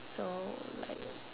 so like